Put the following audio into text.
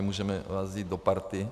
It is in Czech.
Můžeme vás vzít do party.